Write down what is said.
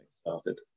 started